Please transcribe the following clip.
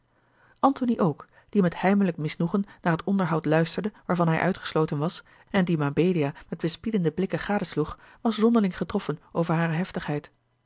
antony ook die met heimelijk misnoegen naar het onderhoud luisterde waarvan hij uitgesloten was en die mabelia met bespiedende blikken gadesloeg was zonderling getroffen over hare heftigheid